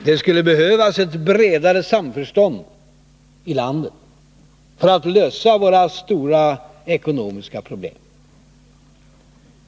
Det skulle behövas ett bredare samförstånd i landet för att lösa våra stora ekonomiska problem.